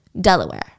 Delaware